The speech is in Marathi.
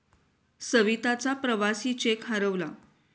सविताचा प्रवासी चेक हरवला